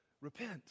Repent